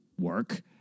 work